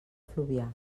fluvià